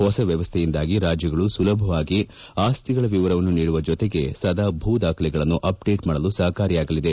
ಹೊಸ ವ್ಕವಸ್ಥೆಯಿಂದಾಗಿ ರಾಜ್ಕಗಳು ಸುಲಭವಾಗಿ ಆಸ್ತಿಗಳ ವಿವರವನ್ನು ನೀಡುವ ಜೊತೆಗೆ ಸದಾ ಭೂದಾಖಲೆಗಳನ್ನು ಅಪ್ಡೇಟ್ ಮಾಡಲು ಸಪಕಾರಿಯಾಗಲಿದೆ